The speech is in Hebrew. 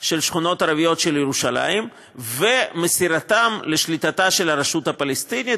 של שכונות ערביות של ירושלים ומסירתן לשליטתה של הרשות הפלסטינית,